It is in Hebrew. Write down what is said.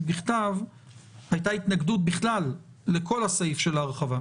בכתב הייתה התנגדות בכלל לכל הסעיף של ההרחבה.